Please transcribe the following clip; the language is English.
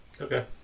Okay